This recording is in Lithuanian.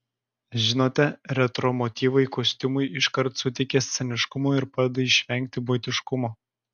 žinote retro motyvai kostiumui iškart suteikia sceniškumo ir padeda išvengti buitiškumo